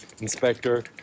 inspector